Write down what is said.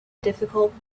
difficult